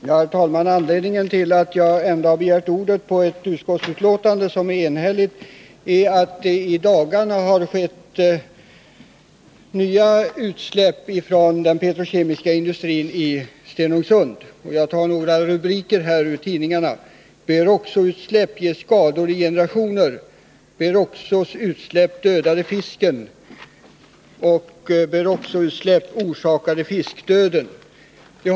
Herr talman! Anledningen till att jag har begärt ordet i ett ärende bakom vilket står ett enigt utskott är att det i dagarna har skett nya utsläpp från den petrokemiska industrin i Stenungsund. Låt mig läsa upp följande tidningsrubriker: Beroxoutsläpp ger skador i generationer? Beroxos utsläpp dödade fisken. Beroxoutsläpp orsakade fiskdöden.